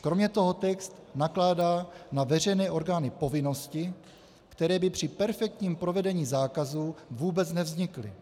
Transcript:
Kromě toho text nakládá na veřejné orgány povinnosti, které by při perfektním provedení zákazu vůbec nevznikly.